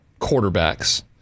quarterbacks